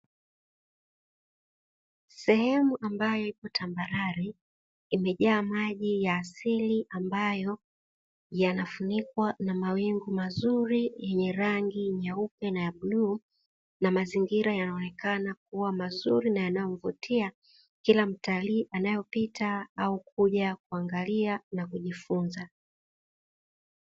Sehemu ya tambarare ambayo imejaa maji ya asili ambayo yanafunikwa na mawingu mazuri yenye rangi nyeupe na bluu. Mazingira yanaonekana kuwa mazuri na kuvutia kwa kila mtalii anayepita au kuja kuangalia na kujifunza.